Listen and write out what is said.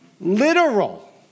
literal